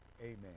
Amen